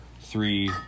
three